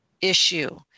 issue